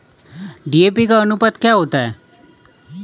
DAP का अनुपात क्या होता है?